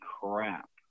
crap